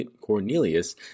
Cornelius